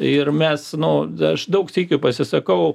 ir mes nu aš daug sykių pasisakau